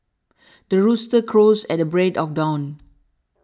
the rooster crows at the break of dawn